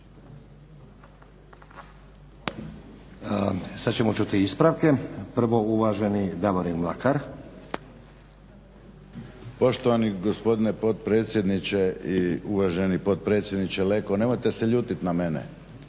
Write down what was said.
Sad ćemo ćuti ispravke. Prvo uvaženi Davorin Mlakar. **Mlakar, Davorin (HDZ)** Poštovani gospodine potpredsjedniče i uvaženi potpredsjedniče Leko. Nemojte se ljutiti na mene,